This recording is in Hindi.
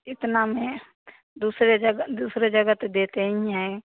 इतना में दूसरे जगह दूसरे जगह तो देते ही हैं